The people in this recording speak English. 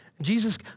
Jesus